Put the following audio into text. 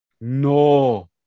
No